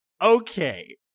Okay